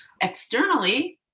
externally